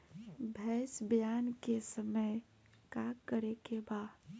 भैंस ब्यान के समय का करेके बा?